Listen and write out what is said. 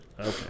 Okay